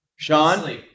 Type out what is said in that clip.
Sean